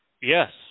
yes